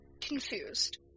confused